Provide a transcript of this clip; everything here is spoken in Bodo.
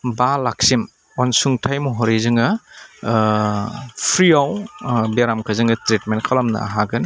बा लाकसिम अनसुंथाइ महरै जोङो फ्रिआव बेरामखौ जोङो ट्रिटमेन्ट खालामनो हागोन